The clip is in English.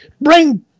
bring